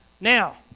Now